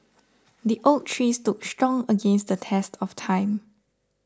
the oak tree stood strong against the test of time